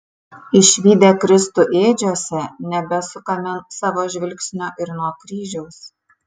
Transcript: išvydę kristų ėdžiose nebesukame savo žvilgsnio ir nuo kryžiaus